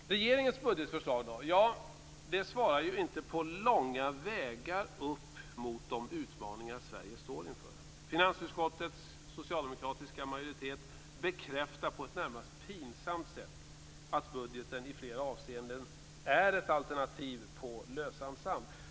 Regeringens budgetförslag svarar alltså inte på långa vägar upp mot de utmaningar Sverige står inför. Finansutskottets socialdemokratiska majoritet bekräftar på ett närmast pinsamt sätt att budgeten i flera avseenden är ett alternativ byggt på lösan sand.